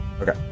Okay